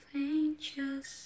angels